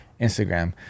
Instagram